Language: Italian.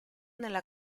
nella